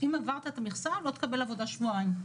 אם עברת את המכסה, לא תקבל עבודה שבועיים.